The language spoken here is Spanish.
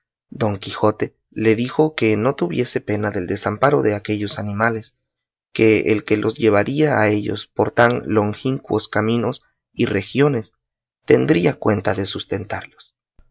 don quijote le dijo que no tuviese pena del desamparo de aquellos animales que el que los llevaría a ellos por tan longincuos caminos y regiones tendría cuenta de sustentarlos